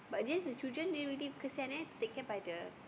but this is children they already kesian eh to take care by the